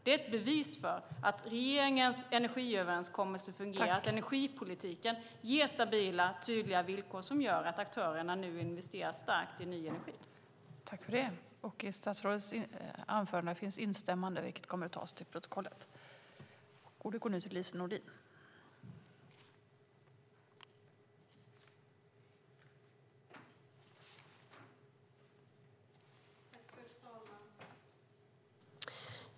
Det är ett bevis för att regeringens energiöverenskommelse fungerar och att energipolitiken ger stabila och tydliga villkor som gör att aktörerna nu investerar starkt i ny energi. I detta anförande instämde Jonas Jacobsson Gjörtler och Helena Lindahl .